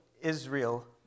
Israel